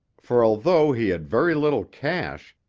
for although he had very little cash,